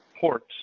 ports